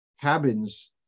cabins